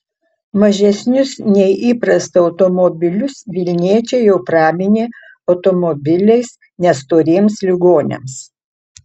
mažesnius nei įprasta automobilius vilniečiai jau praminė automobiliais nestoriems ligoniams